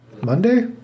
Monday